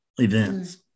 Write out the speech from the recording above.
events